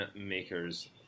Makers